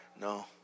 No